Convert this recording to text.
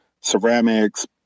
ceramics